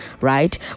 right